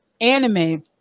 anime